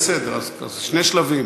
העבודה, הרווחה והבריאות נתקבלה.